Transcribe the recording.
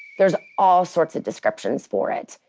there's all sorts of descriptions for it.